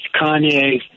Kanye